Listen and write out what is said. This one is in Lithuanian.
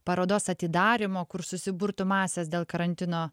parodos atidarymo kur susiburtų masės dėl karantino